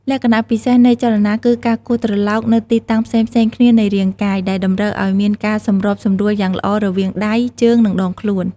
លក្ខណៈពិសេសនៃចលនាគឺការគោះត្រឡោកនៅទីតាំងផ្សេងៗគ្នានៃរាងកាយ ដែលតម្រូវឱ្យមានការសម្របសម្រួលយ៉ាងល្អរវាងដៃ ជើង និងដងខ្លួន។